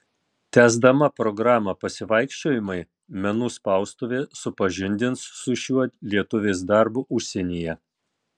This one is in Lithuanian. tęsdama programą pasivaikščiojimai menų spaustuvė supažindins su šiuo lietuvės darbu užsienyje